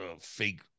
fake